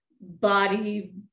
body